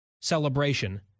celebration